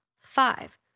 Five